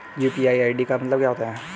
UPI ID का मतलब क्या होता है?